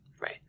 Right